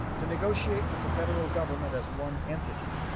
to negotiate with the federal government as one entity,